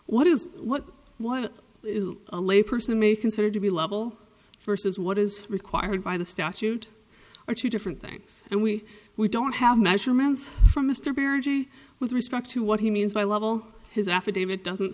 what is what a layperson may consider to be level versus what is required by the statute are two different things and we we don't have measurements from mr barrett with respect to what he means by level his affidavit doesn't